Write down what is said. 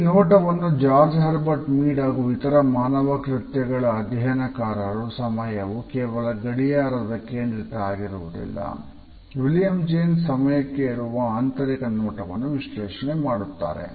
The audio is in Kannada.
ಈ ನೋಟವನ್ನು ಜಾರ್ಜ್ ಹರ್ಬರ್ಟ್ ಮೀಡ್ ಸಮಯಕ್ಕೆ ಇರುವ ಆಂತರಿಕ ನೋಟವನ್ನು ವಿಶ್ಲೇಷಣೆ ಮಾಡುತ್ತಾರೆ